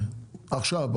עכשיו,